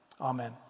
Amen